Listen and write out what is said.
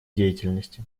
деятельности